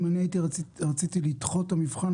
אם רציתי לדחות את המבחן,